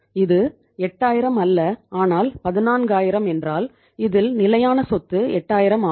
இது 8000 அல்ல ஆனால் 14000 என்றால் இதில் நிலையான சொத்து 8000 ஆகும்